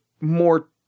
more